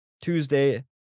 Tuesday